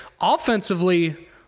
offensively